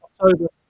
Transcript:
October